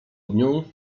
dniu